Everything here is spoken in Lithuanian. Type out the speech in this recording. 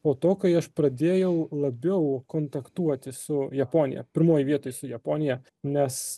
po to kai aš pradėjau labiau kontaktuoti su japonija pirmoj vietoj su japonija nes